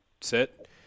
sit